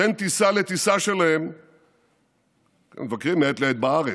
בין טיסה לטיסה שלהם הם מבקרים מעת לעת בארץ.